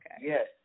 Yes